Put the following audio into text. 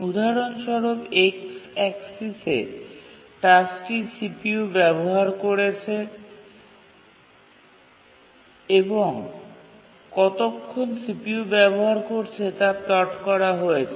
উদাহরণস্বরূপ x অ্যাক্সিসে টাস্কটি CPU ব্যবহার করছে এবং কতক্ষণ CPU ব্যবহার করছে তা প্লট করা হয়েছে